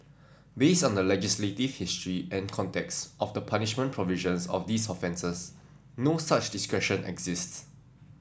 based on the legislative history and context of the punishment provisions of these offences no such discretion exists